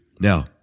Now